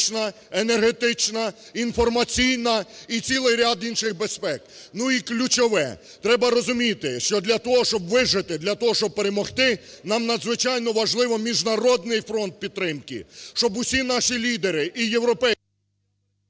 енергетична, інформаційна, і цілий ряд інших безпек. І ключове. Треба розуміти, що для того, щоб вижити, для того, щоб перемогти, нам надзвичайно важливо міжнародний фронт підтримки. Щоб усі наші лідери, і європейські…